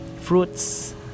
fruits